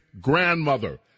grandmother